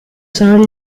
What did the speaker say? sono